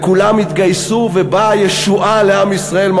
כולם יתגייסו, ובאה ישועה לעם ישראל.